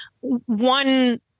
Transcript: one